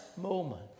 moment